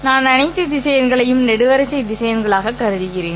நான் அனைத்து திசையன்களையும் நெடுவரிசை திசையன்களாக கருதுகிறேன்